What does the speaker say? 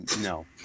no